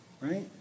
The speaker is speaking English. right